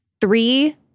Three